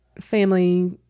family